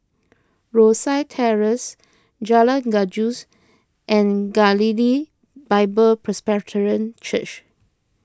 Rosyth Terrace Jalan Gajus and Galilee Bible Presbyterian Church